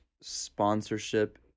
sponsorship